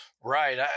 Right